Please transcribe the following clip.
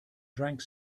drank